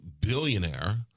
billionaire